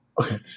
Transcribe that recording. Okay